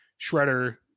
Shredder